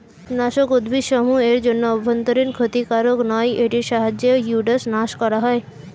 কীটনাশক উদ্ভিদসমূহ এর জন্য অভ্যন্তরীন ক্ষতিকারক নয় এটির সাহায্যে উইড্স নাস করা হয়